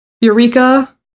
eureka